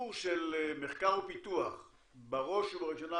הסיפור של מחקר ופיתוח ובראש ובראשונה,